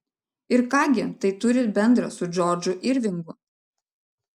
ir ką gi tai turi bendra su džordžu irvingu